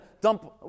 dump